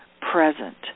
present